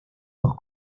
dos